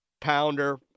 pounder